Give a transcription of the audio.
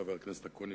חבר הכנסת אקוניס,